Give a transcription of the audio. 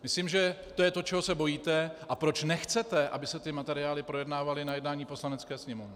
Myslím, že to je to, čeho se bojíte a proč nechcete, aby se ty materiály projednávaly na jednání Poslanecké sněmovny.